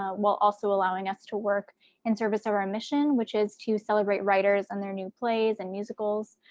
ah while also allowing us to work in service of our mission which is to celebrate writers and their new plays and musicals.